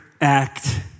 act